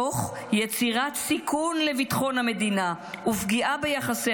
תוך יצירת סיכון לביטחון המדינה ופגיעה ביחסי